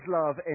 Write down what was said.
love